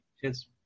Cheers